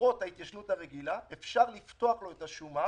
למרות ההתיישנות הרגילה, אפשר לפתוח לו את השומה